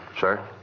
Sir